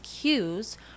cues